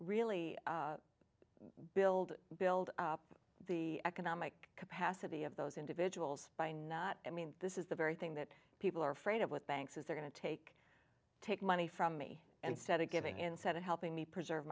really build build up the economic capacity of those individuals by not i mean this is the very thing that people are afraid of with banks is they're going to take take money from me and set it giving instead of helping me preserve